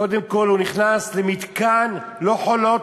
קודם כול נכנס למתקן, לא "חולות",